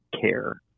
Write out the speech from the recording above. care